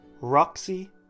Roxy